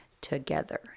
together